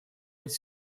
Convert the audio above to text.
быть